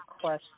question